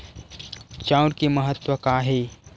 चांउर के महत्व कहां हे?